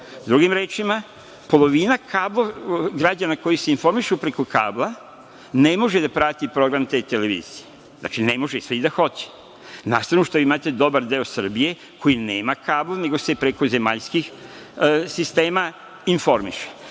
rečima polovina građana koji se informišu preko kabla ne može da prati program te televizije. Znači ne može, sve i da hoće. Na stranu što imate dobar deo Srbije koji nama kabl, nego se preko zemaljskih sistema informiše.